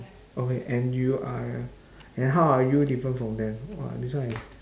okay and you are and how are you different from them !wah! this one is